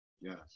Yes